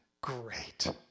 great